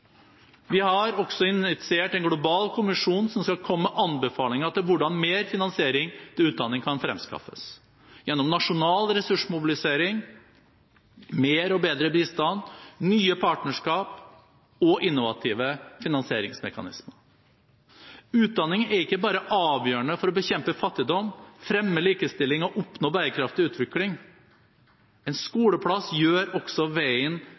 Vi har også initiert en global kommisjon som skal komme med anbefalinger til hvordan mer finansiering til utdanning kan fremskaffes – gjennom nasjonal ressursmobilisering, mer og bedre bistand, nye partnerskap og innovative finansieringsmekanismer. Utdanning er ikke bare avgjørende for å bekjempe fattigdom, fremme likestilling og oppnå bærekraftig utvikling, en skoleplass gjør også veien